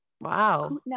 wow